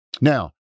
Now